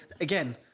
Again